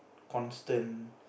constant